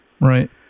Right